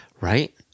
Right